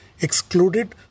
excluded